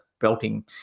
belting